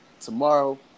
tomorrow